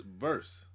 verse